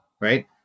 right